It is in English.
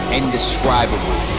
indescribable